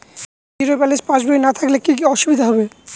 Zero balance পাসবই না থাকলে কি কী অসুবিধা হবে?